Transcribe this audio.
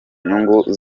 inyungu